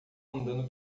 andando